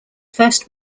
first